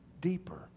deeper